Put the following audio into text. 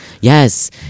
yes